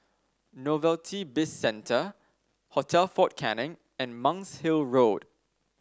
Novelty Bizcentre Hotel Fort Canning and Monk's Hill Road